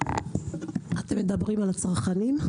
אתם מדברים על הצרכנים?